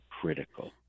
critical